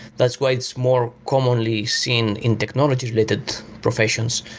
that's why it's more commonly seen in technology related professions,